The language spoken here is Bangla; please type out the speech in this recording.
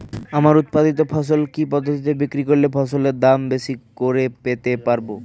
আমার উৎপাদিত ফসল কি পদ্ধতিতে বিক্রি করলে ফসলের দাম বেশি করে পেতে পারবো?